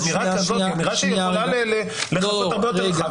זאת אמירה שיכולה לכסות הרבה יותר רחב,